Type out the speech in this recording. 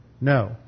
No